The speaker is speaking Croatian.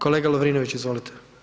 Kolega Lovrinović, izvolite.